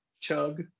Chug